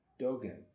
Dogen